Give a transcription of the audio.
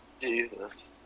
Jesus